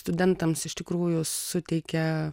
studentams iš tikrųjų suteikia